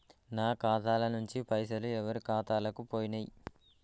నా ఖాతా ల నుంచి పైసలు ఎవరు ఖాతాలకు పోయినయ్?